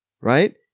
Right